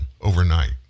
overnight